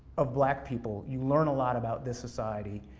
of black people, you learn a lot about this society,